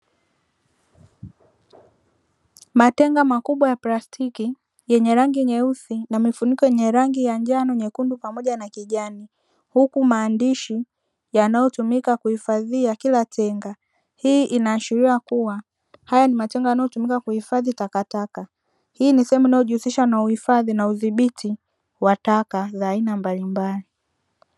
Matenga makubwa ya prastiki yenye rangi nyeusi na mifuniko yenye rangi ya njano nyekundu pamoja na kijani, huku maandishi yanayotumika kuhifadhia kila tenga hii inaashikia kuwa haya ni matenga yanayotumika kuhifadhi takataka, hii ni sehemu inayojihusisha na uhifadhi na udhibiti wa taka za aina mbalimabali.